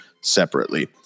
separately